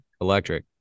electric